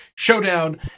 showdown